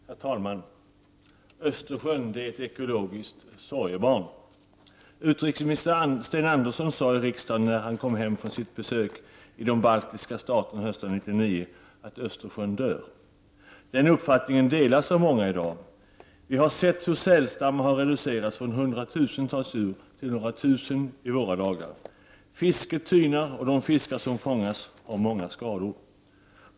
Herr talman! Östersjön är ett ekologiskt sorgebarn. Utrikesminister Sten Andersson sade i riksdagen när han kom hem från sitt i besök i de baltiska staterna hösten 1989 att Östersjön dör. Den uppfattningen delas av många i dag. Vi har sett hur sälstammarna har reducerats från hundratusentals djur till några tusen i våra dagar. Fisket tynar, och de fiskar som fångats har många skador.